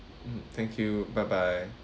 mm thank you bye bye